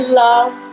love